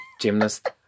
Gymnast